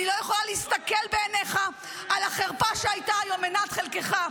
אני לא יכולה להסתכל בעיניך על החרפה שהייתה היום מנת חלקך,